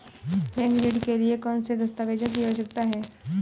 Bank ऋण के लिए कौन से दस्तावेजों की आवश्यकता है?